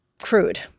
crude